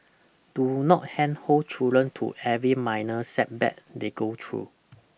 do not handhold children through every minor setback they go through